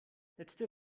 letzte